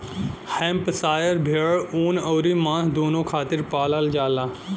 Hampshire भेड़ ऊन अउरी मांस दूनो खातिर पालल जाला